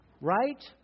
right